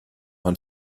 man